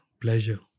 pleasure